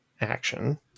action